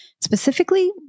specifically